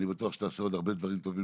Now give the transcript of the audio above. אני בטוח שתעשה עוד הרבה דברים טובים